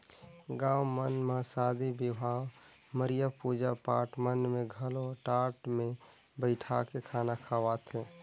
गाँव मन म सादी बिहाव, मरिया, पूजा पाठ मन में घलो टाट मे बइठाके खाना खवाथे